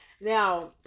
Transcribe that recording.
Now